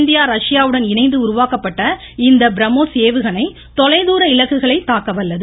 India ரஷ்யாவுடன் இணைந்து உருவாக்கப்பட்ட இந்த பிரம்மோஸ் ஏவுகணை தொலைதூர் இலக்குகளை தாக்க வல்லது